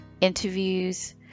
interviews